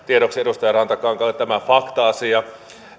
tiedoksi edustaja rantakankaalle tämä fakta asia